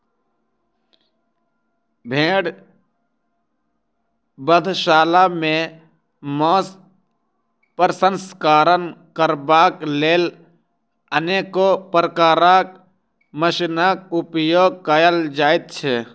भेंड़ बधशाला मे मौंस प्रसंस्करण करबाक लेल अनेको प्रकारक मशीनक उपयोग कयल जाइत छै